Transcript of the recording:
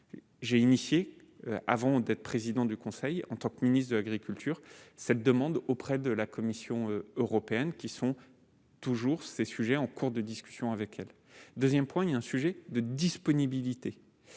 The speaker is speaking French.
j'ai initiée avant d'être président du Conseil, en tant que ministre de l'Agriculture, cette demande auprès de la Commission européenne, qui sont toujours ces sujets en cours de discussion avec elle 2ème point il y a un sujet de disponibilité